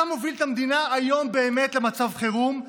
אתה מוביל את המדינה היום באמת למצב חירום,